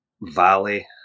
valley